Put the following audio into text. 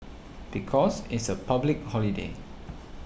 because it's a public holiday